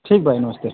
ठीक भाई नमस्ते